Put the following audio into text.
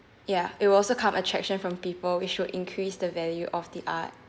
yeah it will also come attraction from people we should increase the value of the art